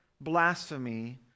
blasphemy